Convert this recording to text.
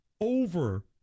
over